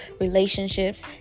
relationships